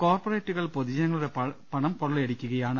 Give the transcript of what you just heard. കോർപറേറ്റുകൾ പൊതു ജനങ്ങളുടെ പണം കൊള്ളയടിക്കുകയാണ്